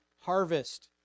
harvest